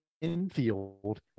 infield